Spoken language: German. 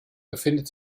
befindet